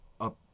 up